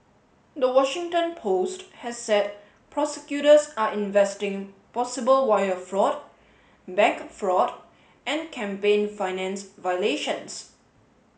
the Washington Post has said prosecutors are investigating possible wire fraud bank fraud and campaign finance violations